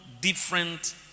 different